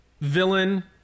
villain